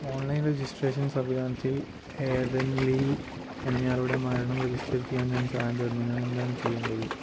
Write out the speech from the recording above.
online registration സംവിധാനത്തിൽ Ethan Lee എന്നയാളുടെ മരണം രജിസ്റ്റർ ചെയ്യാൻ ഞാൻ സഹായം തേടുന്നു ഞാൻ എന്താണ് ചെയ്യേണ്ടത്